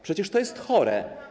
Przecież to jest chore.